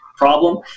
Problem